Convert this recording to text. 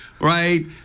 Right